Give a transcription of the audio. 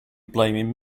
blaming